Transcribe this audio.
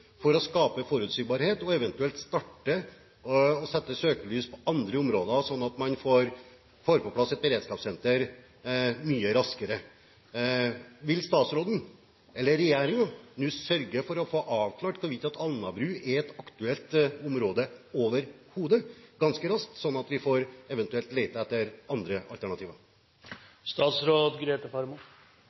for å skape forutsigbarhet og eventuelt for å starte å sette søkelyset på andre områder, slik at man får på plass et beredskapssenter mye raskere. Vil statsråden, regjeringen, sørge for å få avklart ganske raskt hvorvidt Alnabru overhodet er et aktuelt område, slik at vi eventuelt kan lete etter andre